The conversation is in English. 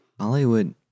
Hollywood